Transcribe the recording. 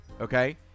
Okay